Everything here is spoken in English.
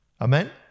Amen